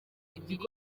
imirire